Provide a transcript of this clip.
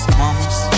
mamas